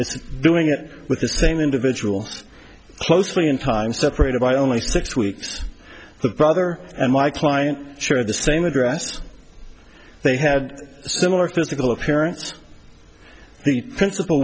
it's doing it with the same individual closely in time separated by only six weeks the proper and my client share the same address they had similar physical appearance the principal